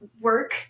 work